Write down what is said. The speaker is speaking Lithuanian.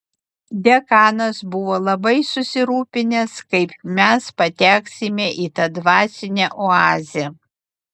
dekanas buvo labai susirūpinęs kaip mes pateksime į tą dvasinę oazę